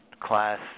class